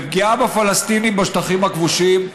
ופגיעה בפלסטינים בשטחים הכבושים.